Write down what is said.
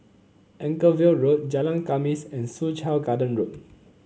Anchorvale Road Jalan Khamis and Soo Chow Garden Road